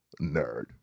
Nerd